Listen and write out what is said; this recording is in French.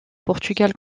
portugal